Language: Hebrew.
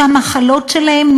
שהמחלות שלהם,